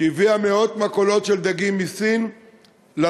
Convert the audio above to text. שהביאה מאות מכולות של דגים מסין לנמל